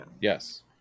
yes